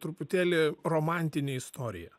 truputėlį romantinė istorija